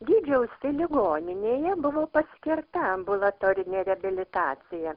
gydžiausi ligoninėje buvo paskirta ambulatorinė reabilitacija